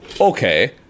okay